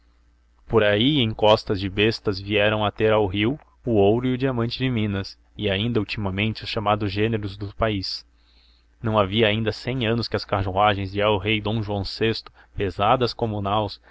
por aí em costas de bestas vieram ter ao rio o ouro e o diamante de minas e ainda ultimamente os chamados gêneros do país não havia ainda cem anos que as carruagens del rei dom joão vi pesadas como naus